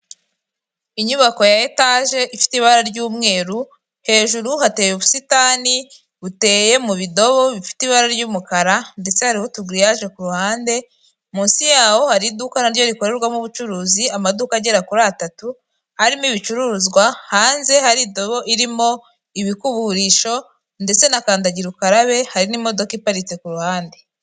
Inyubako ya etaje ifite ibara ry'umweru, hejuru hateye ubusitani buteye mu bidobo bifite ibara ry'umukara ndetse hariho utugiriyaje ku ruhande, munsi yaho hari iduka na ryo rikorerwamo ubucuruzi, amaduka agera kuri atatu arimo ibicuruzwa, hanze hari indobo irimo ibikuburisho ndetse na kandagira ukarabe, hari n'imodoka iparitse ku ruhande.